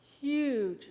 huge